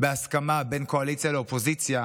בהסכמה בין קואליציה לאופוזיציה,